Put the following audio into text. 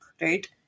right